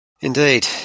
Indeed